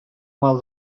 mal